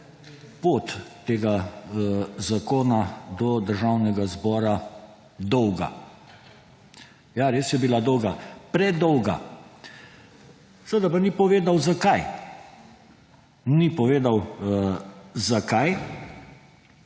pot tega zakona do Državnega zbora dolga. Ja, res je bila dolga. Predolga. Seveda pa ni povedal, zakaj. Ni povedal, zakaj.